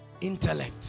intellect